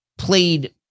played